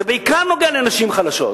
וזה בעיקר נוגע לנשים חלשות.